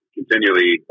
continually